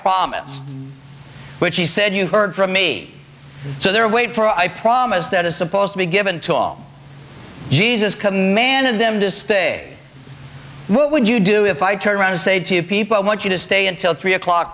promised which he said you heard from me so there wait for i promise that is supposed to be given to all jesus commanded them to stay what would you do if i turn around and say to you people want you to stay until three o'clock